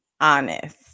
honest